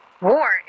War